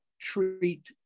treat